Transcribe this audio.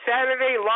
Saturday